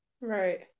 Right